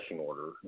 order